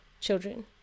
children